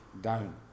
down